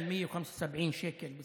במקום 175 שקל זה